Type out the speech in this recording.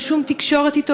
אין שום תקשורת אתו,